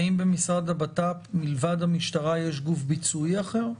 האם במשרד הבט"פ, מלבד המשטרה, יש גוף ביצועי אחר?